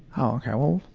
oh, well,